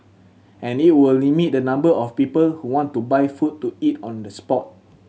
and it will limit the number of people who want to buy food to eat on the spot